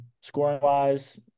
scoring-wise